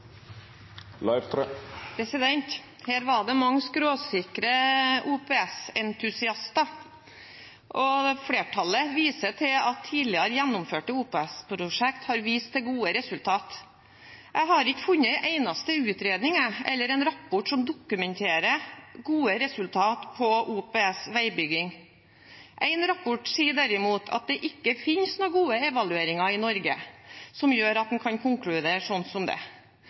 Her var det mange skråsikre OPS-entusiaster, og flertallet viser til at tidligere gjennomførte OPS-prosjekter har vist gode resultater. Jeg har ikke funnet en eneste utredning eller rapport som dokumenterer gode resultater på OPS-veibygging. En rapport sier derimot at det ikke finnes noen gode evalueringer i Norge som gjør at man kan konkludere slik. Men det